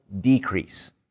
decrease